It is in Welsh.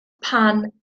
pan